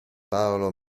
paolo